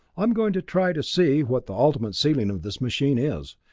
i'm going to try to see what the ultimate ceiling of this machine is.